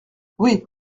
oui